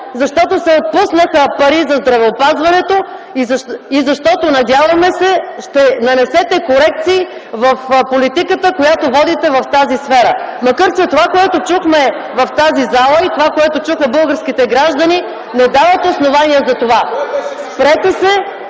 защото се отпуснаха пари за здравеопазването и защото, надяваме се, ще нанесете корекции в политиката, която водите в тази сфера, макар че това, което чухме в тази зала, и това, което чуха българските граждани, не дават основание за това. КРАСИМИР